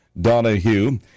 Donahue